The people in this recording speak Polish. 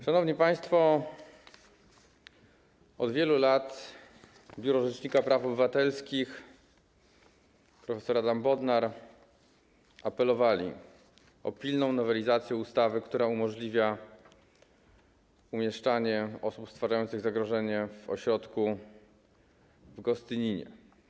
Szanowni państwo, od wielu lat Biuro Rzecznika Praw Obywatelskich, prof. Adam Bodnar apelowali o pilną nowelizację ustawy, która umożliwia umieszczanie osób stwarzających zagrożenie w ośrodku w Gostyninie.